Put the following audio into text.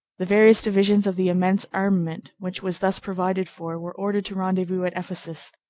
the various divisions of the immense armament which was thus provided for were ordered to rendezvous at ephesus,